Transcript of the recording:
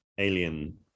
alien